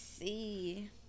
see